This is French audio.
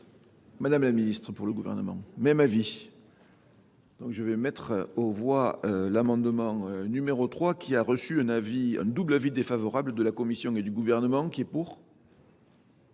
Madame la Ministre, pour le gouvernement, même avis. Je vais mettre au voie l'amendement n°3 qui a reçu un double avis défavorable de la Commission et du gouvernement, qui est pour,